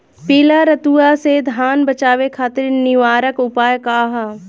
पीला रतुआ से धान बचावे खातिर निवारक उपाय का ह?